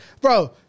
bro